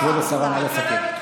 כבוד השרה, נא לסכם.